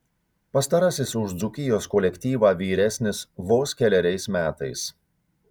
pastarasis už dzūkijos kolektyvą vyresnis vos keleriais metais